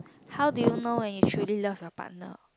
how do you know when you truly love your partner